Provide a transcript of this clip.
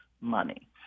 money